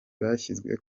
bashyizwe